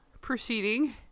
proceeding